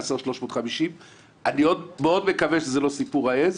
חסר 350. אני מקווה מאוד שזה לא סיפור העז,